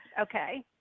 okay